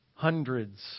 Hundreds